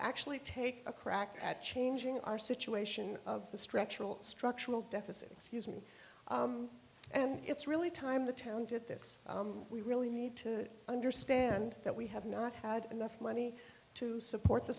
actually take a crack at changing our situation of the structural structural deficit excuse me and it's really time the town did this we really need to understand that we have not had enough money to support the